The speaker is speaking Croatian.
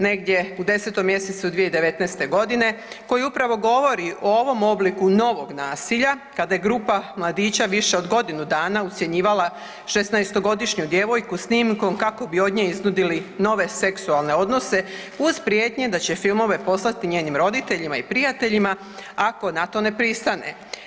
Negdje u 10. mjesecu 2019.g. koji upravo govori o ovom obliku novog nasilja, kada je grupa mladića više od godinu dana ucjenjivala 16-godišnju djevojku snimkom kako bi od nje iznudili nove seksualne odnose uz prijetnje da će filmove poslati njenim roditeljima i prijateljima ako na to ne pristane.